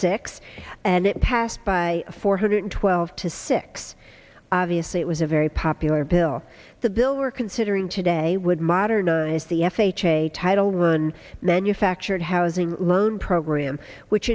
six and it passed by four hundred twelve to six obviously it was a very popular bill the bill we're considering today would modernize the f h a title one manufactured housing loan program which